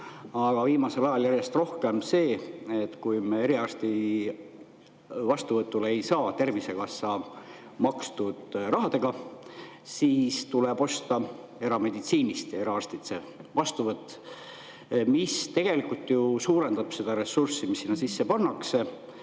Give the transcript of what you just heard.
aga viimasel ajal järjest rohkem ka see, et kui me eriarsti vastuvõtule ei saa Tervisekassa makstud rahaga, siis tuleb osta erameditsiinist eraarsti vastuvõtt. See tegelikult ju suurendab seda ressurssi, mis sinna sisse pannakse,